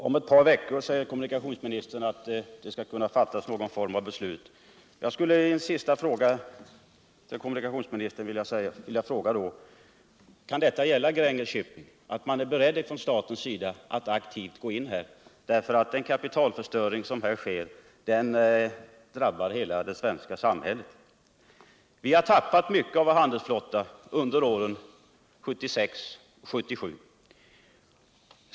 Herr talman! Kommunikationsministern säger att det skall kunna fattas någon form av beslut om ett par veckor. Jag skulle då till sist vilja veta: Kan detta löfte gälla Gränges Shipping, så att man inom regeringen är beredd att 29 låta staten gå in där? Den kapiualförstöring som annars blir följden drabbar hela det svenska samhället. Vi har tappat mycket av vår handelsflotta under ären 1976 och 1977.